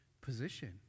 position